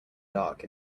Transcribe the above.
dark